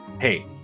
hey